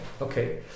okay